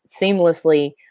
seamlessly